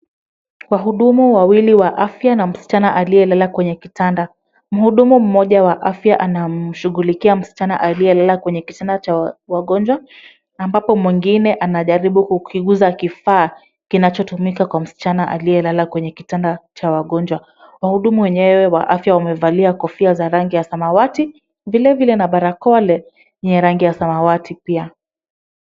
Wahudumu wawili wa afya na msichana aliyelala kwenye kitanda. Mhudumu mmoja wa afya anamshughulikia msichana aliyelala kwenye kitanda cha wagonjwa ambapo mwingine anajaribu kukiguza kifaa kinachotumika kwa msichana aliyelala kwenye kitanda cha wagonjwa. Wahudumu wenyewe wa afya wamevalia kofia za rangi ya samawati vilevile na barakoa zenye rangi ya samawati pia.